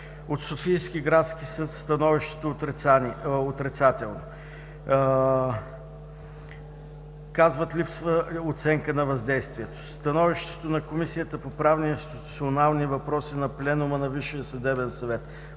От Софийския градски съд становището е отрицателно. Казват: липсва оценка на въздействието; становището на Комисията по правни и институционални въпроси на пленума на